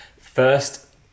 First